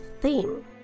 theme